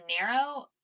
narrow